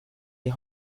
die